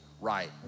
right